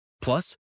Plus